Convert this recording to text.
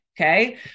Okay